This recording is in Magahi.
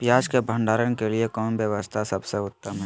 पियाज़ के भंडारण के लिए कौन व्यवस्था सबसे उत्तम है?